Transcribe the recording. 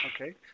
Okay